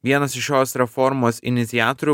vienas iš šios reformos iniciatorių